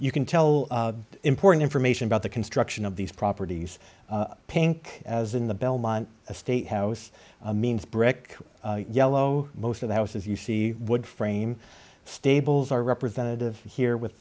you can tell important information about the construction of these properties pink as in the belmont a state house means brick yellow most of the houses you see wood frame stables are representative here with